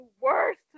worst